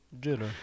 Jitter